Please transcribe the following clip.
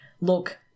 look